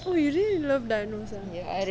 oh you really love dinosaur ah